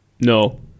No